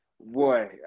boy